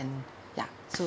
and ya so